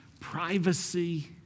privacy